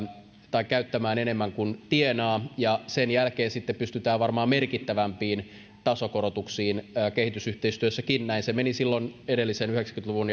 käyttämään enemmän kuin tienaa ja sen jälkeen sitten pystytään varmaan merkittävämpiin tasokorotuksiin kehitysyhteistyössäkin näin se meni silloin edellisenkin laman yhdeksänkymmentä luvun